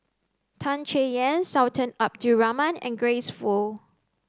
Tan Chay Yan Sultan Abdul Rahman and Grace Fu